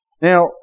Now